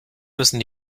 müssen